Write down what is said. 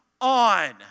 on